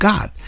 God